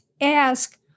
ask